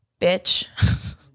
Bitch